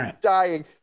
dying